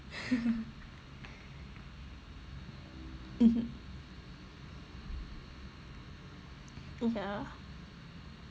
mm ya